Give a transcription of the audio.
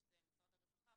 זה משרד הרווחה,